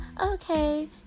okay